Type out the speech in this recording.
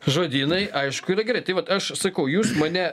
žodynai aišku yra gerai tai vat aš sakau jūs mane